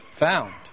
Found